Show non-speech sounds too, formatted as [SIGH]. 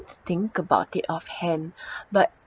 think about it offhand [BREATH] but